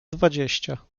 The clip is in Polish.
dwadzieścia